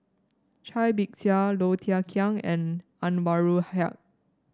Cai Bixia Low Thia Khiang and Anwarul Haque